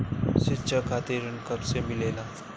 शिक्षा खातिर ऋण कब से मिलेला?